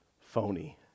phony